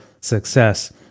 success